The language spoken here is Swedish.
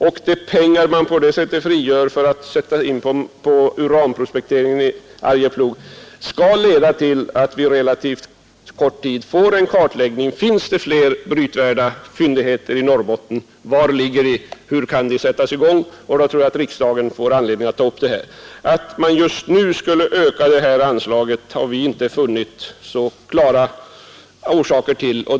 Jag är övertygad om att när pengar frigörs, kan dessa sättas in på uranprojekteringen i Arjeplog och att det kan leda till att vi inom relativt kort tid får en kartläggning: finns det fler brytvärda fyndigheter i Norrbotten, var ligger de, hur kan brytningen sättas i gång? Då tror jag att riksdagen får anledning att ta upp frågan. Vi har inte funnit några klara orsaker till att just nu öka anslaget.